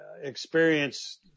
experience